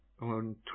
on